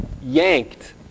yanked